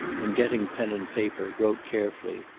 and getting pen and paper wrote carefully.